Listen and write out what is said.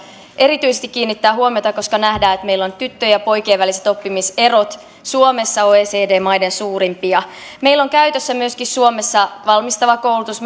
erityisesti kiinnittämään huomiota koska nähdään että meillä ovat tyttöjen ja poikien väliset oppimiserot suomessa oecd maiden suurimpia meillä on käytössä suomessa myöskin valmistava koulutus